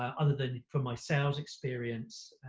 other than for my sales experience.